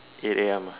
eight A M